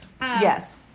Yes